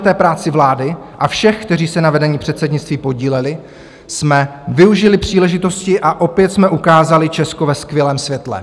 Díky houževnaté práci vlády a všech, kteří se na vedení předsednictví podíleli, jsme využili příležitosti a opět jsme ukázali Česko ve skvělém světle.